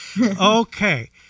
okay